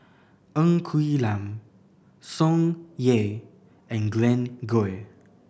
Ng Quee Lam Tsung Yeh and Glen Goei